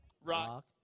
Rock